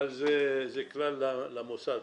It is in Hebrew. אבל זה כלל למוסד,